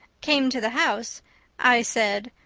came to the house i said,